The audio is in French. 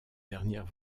dernières